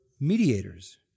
mediators